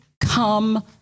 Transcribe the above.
come